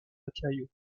matériau